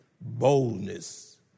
boldness